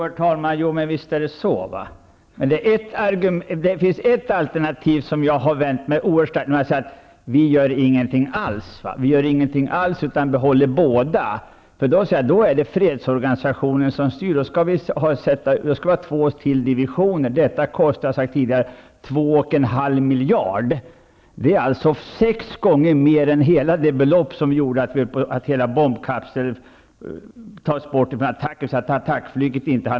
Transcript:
Herr talman! Visst är det så. Men det finns ett alternativ som jag har vänt mig oerhört starkt mot, nämligen att man inte skall göra något alls utan behålla båda. Då är det fredsorganisationen som styr. Då skall det vara ytterligare två divisioner, och det kostar, som jag har sagt tidigare, 2,5 miljarder. Det är alltså sex gånger mer än hela det belopp som gjorde att bombkapseln togs bort från attackflyget.